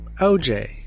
OJ